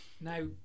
Now